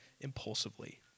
impulsively